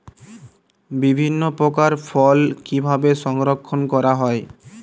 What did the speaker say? বিভিন্ন প্রকার ফল কিভাবে সংরক্ষণ করা হয়?